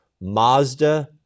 Mazda